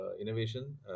Innovation